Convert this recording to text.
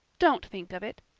don't think of it.